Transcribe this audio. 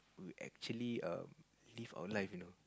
we actually err live our life you know